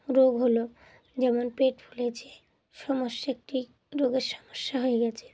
রোগ হলো যেমন পেট ফুলেছে সমস্যা একটি রোগের সমস্যা হয়ে গেছে